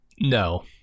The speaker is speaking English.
No